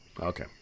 okay